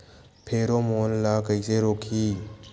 Pheromone ला कइसे रोकही?